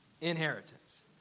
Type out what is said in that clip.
inheritance